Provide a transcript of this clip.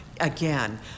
again